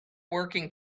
working